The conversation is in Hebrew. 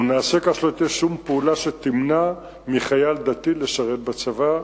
או נעשה כך שלא תהיה שום פעולה שתמנע מחייל דתי לשרת בצבא,